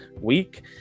week